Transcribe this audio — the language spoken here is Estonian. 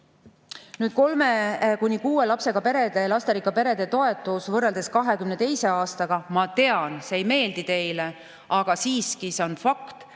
Kolme kuni kuue lapsega perede, lasterikaste perede toetus võrreldes 2022. aastaga – ma tean, see ei meeldi teile, aga siiski on see fakt